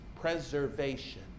preservation